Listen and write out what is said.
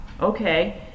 okay